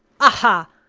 aha!